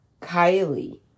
Kylie